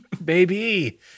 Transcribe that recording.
Baby